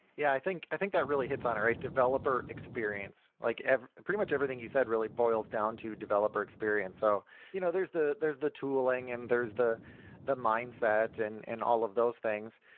yeah, i think i think that really hits on it, developer experience. like ah pretty much everything you said really boils down to developer experience. so you know there's the there's the tooling and there's the the mindsets and and all of those things,